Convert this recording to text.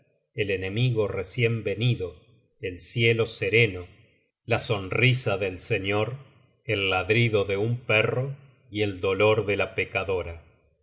el enemigo recien venido el cielo sereno la sonrisa del señor el ladrido de un perro y el dolor de la pecadora